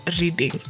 reading